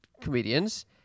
comedians